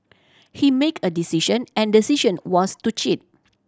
he make a decision and the decision was to cheat